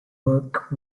work